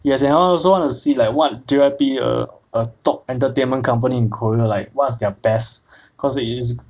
yes and I also wanted to see like what do J_Y_P a top entertainment company in korea like what's their best cause they use